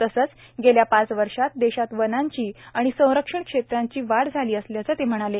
तसंच गेल्या पाच वर्षात देशात वनांची आणि संरक्षित क्षेत्रांची वाढ झाली असल्याचं ते म्हणाले